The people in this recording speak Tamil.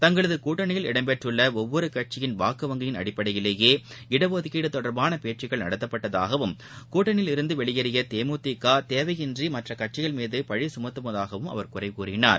தங்களது கூட்டணியில் இடம்பெற்றுள்ள ஒவ்வொரு கட்சியின் வாக்கு வங்கியின் அடிப்படையிலேயே இடஒதுக்கீடு தொடர்பான பேச்சுக்கள் நடத்தப்பட்டதாகவும் கூட்டனியிலிருந்து வெளியேறிய தேமுதிக தேவையின்றி மற்ற கட்சிகள் மீது பழி சுமத்துவதாகவும் அவர் குறை கூறினார்